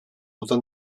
oder